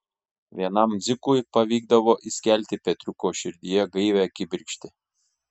vienam dzikui pavykdavo įskelti petriuko širdyje gaivią kibirkštį